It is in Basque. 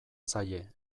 zaie